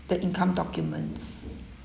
the income documents